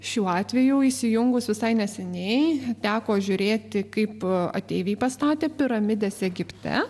šiuo atveju įsijungus visai neseniai teko žiūrėti kaip ateiviai pastatė piramides egipte